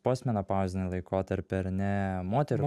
postmenopauzį laikotarpį ar ne moterų